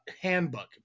handbook